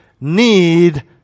need